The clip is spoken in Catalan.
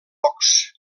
pocs